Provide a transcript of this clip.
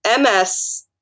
MS